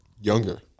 Younger